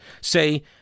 say